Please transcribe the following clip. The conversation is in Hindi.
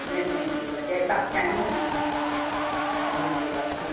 लंच में मिलेगा जैसा आप चाहेंगी वह मिलेगा आपको